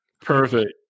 perfect